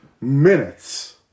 minutes